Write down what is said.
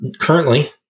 currently